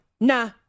Nah